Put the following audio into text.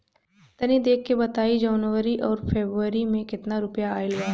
तनी देख के बताई कि जौनरी आउर फेबुयारी में कातना रुपिया आएल बा?